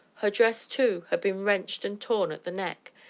her dress, too, had been wrenched and torn at the neck,